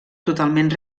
totalment